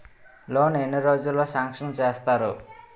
Loan ఎన్ని రోజుల్లో sanction చేస్తారు?